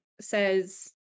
says